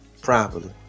properly